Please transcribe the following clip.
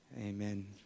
amen